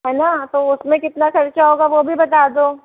है न तो उसमें कितना खर्चा होगा वह भी बता दो